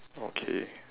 okay